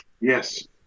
Yes